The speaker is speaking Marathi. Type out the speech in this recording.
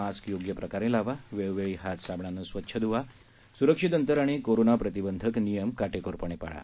मास्क योग्य प्रकारे लावा वेळोवेळी हात साबणाने स्वच्छ ध्वा सुरक्षित अंतर आणि कोरोना प्रतिबंधक नियम काटेकोरपणे पाळा